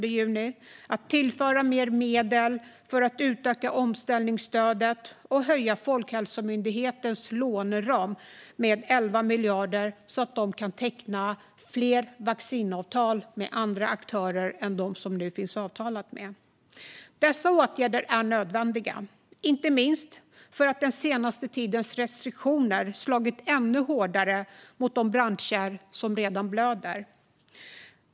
Det handlar också om att tillföra mer medel för att utöka omställningsstödet och för att höja Folkhälsomyndighetens låneram med 11 miljarder, så att man kan teckna fler vaccinavtal med andra aktörer än dem man nu har avtal med. Dessa åtgärder är nödvändiga, inte minst för att den senaste tidens restriktioner har slagit ännu hårdare mot de branscher som redan blöder.